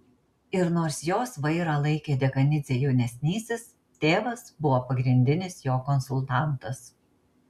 ir nors jos vairą laikė dekanidzė jaunesnysis tėvas buvo pagrindinis jo konsultantas